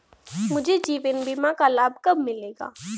मुझे जीवन बीमा का लाभ कब मिलेगा?